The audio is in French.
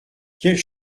quelles